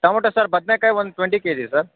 tomato sir ಬದ್ನೆಕಾಯಿ ಒಂದು twenty K G sir